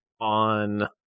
on